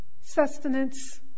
sustenance